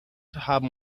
haben